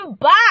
back